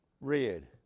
red